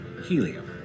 helium